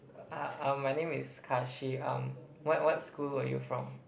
uh uh my name is Kahshee um what what school were you from